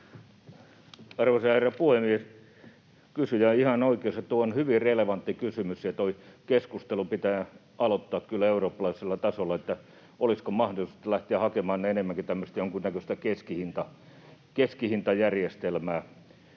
Arvoisa herra puhemies! Kysyjä on ihan oikeassa: tuo on hyvin relevantti kysymys. Tuo keskustelu kyllä pitää aloittaa eurooppalaisella tasolla siitä, olisiko mahdollisuutta lähteä hakemaan enemmänkin jonkunnäköistä keskihintajärjestelmää,